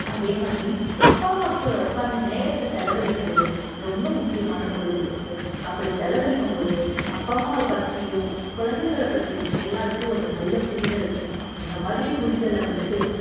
அதே மாதிரி அப்பா அம்மாக்கூட உட்கார்ந்து நேரத்தை செலவழிக்கறது ரொம்ப முக்கியமான பொழுதுபோக்கு அப்படி செலவழிக்கும் போது அப்பா அம்மாவை பற்றியும் குழந்தைங்கள பற்றியும் எல்லாருக்கும் ஒரு நல்ல புரிதல் கிடைக்கும் அந்த மாதிரி புரிதலை வந்துட்டு